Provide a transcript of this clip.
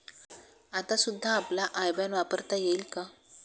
आता सुद्धा आपला आय बॅन वापरता येईल का?